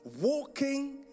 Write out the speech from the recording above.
walking